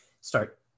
start